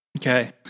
Okay